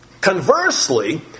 Conversely